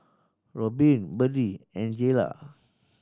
Robyn Byrdie and Jaylah